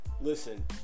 listen